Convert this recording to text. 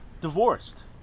Divorced